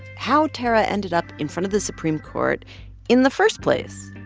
how tarra ended up in front of the supreme court in the first place.